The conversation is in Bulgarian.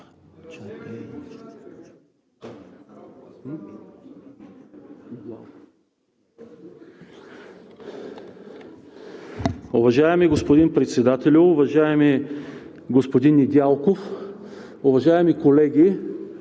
Уважаеми господин Председателю, уважаеми господин Недялков, уважаеми колеги!